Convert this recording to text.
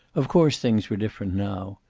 of course things were different now.